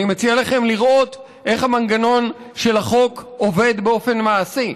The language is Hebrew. אני מציע לכם לראות איך המנגנון של החוק עובד באופן מעשי.